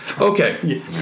Okay